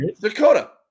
Dakota